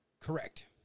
Correct